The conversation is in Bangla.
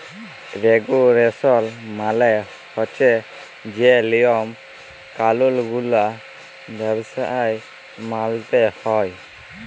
রেগুলেসল মালে হছে যে লিয়ম কালুল গুলা ব্যবসায় মালতে হ্যয়